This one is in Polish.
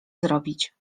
zrobić